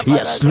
Yes